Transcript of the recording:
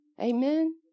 Amen